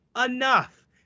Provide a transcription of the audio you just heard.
enough